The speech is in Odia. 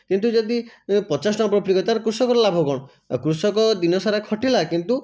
କିନ୍ତୁ ଯଦି ପଚାଶ ଟଙ୍କା ପ୍ରୋଫିଟ୍ କଲେ ତାହେଲେ କୃଷକର ଲାଭ କଣ କୃଷକ ଦିନ ସାରା ଖଟିଲା କିନ୍ତୁ